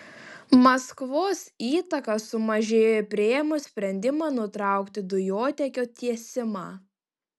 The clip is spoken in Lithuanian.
maskvos įtaka sumažėjo priėmus sprendimą nutraukti dujotiekio tiesimą